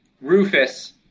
rufus